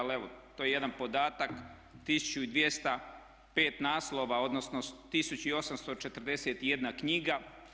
Ali evo to je jedan podatak 1205 naslova, odnosno 1841 knjiga.